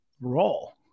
role